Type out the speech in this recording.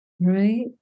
right